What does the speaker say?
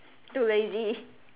too lazy